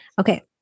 okay